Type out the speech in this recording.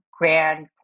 grand